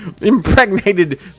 impregnated